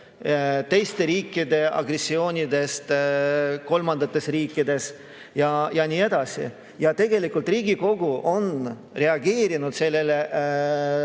teiste riikide agressioonidest kolmandates riikides ja nii edasi. Tegelikult Riigikogu on reageerinud sellele